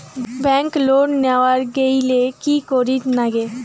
Bank loan নেওয়ার গেইলে কি করীর নাগে?